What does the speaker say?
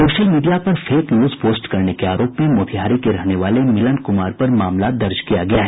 social media पर fake news post करने के आरोप में मोतिहारी के रहने वाले मिलन कुमार पर मामला दर्ज किया गया है